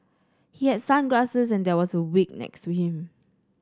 he had sunglasses and there was a wig next to him